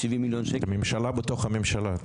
70 מיליון ₪--- אתם ממשלה בתוך הממשלה.